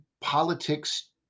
politics